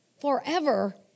forever